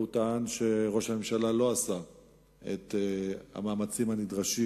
הוא טען שראש הממשלה לא עשה את המאמצים הנדרשים